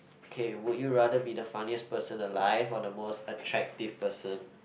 okay would you rather be the funniest person alive or the most attractive person